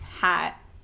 hat